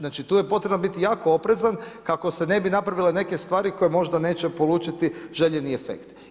Znači tu je potrebno biti jako oprezan, kako se ne bi napravile neke stvari koje možda neće polučiti željeni efekt.